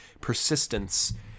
persistence